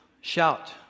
shout